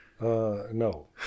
no